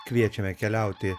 kviečiame keliauti